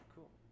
Cool